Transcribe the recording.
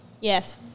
yes